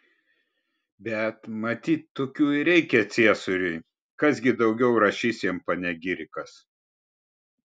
bet matyt tokių ir reikia ciesoriui kas gi daugiau rašys jam panegirikas